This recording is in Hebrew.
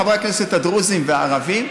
חברי הכנסת הדרוזים והערבים,